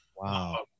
Wow